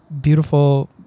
beautiful